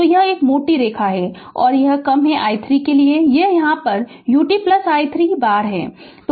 तो यह मोटी रेखा है और यह i 3 है और यह क्या यह u t i 3 बार है